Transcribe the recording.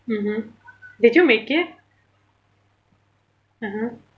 mmhmm did you make it mmhmm